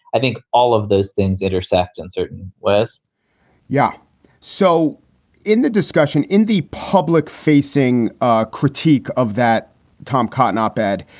i think all of those things intersect in certain ways yeah so in the discussion in the public facing ah critique of that tom cotton op ed,